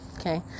okay